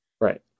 right